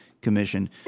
Commission